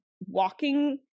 walking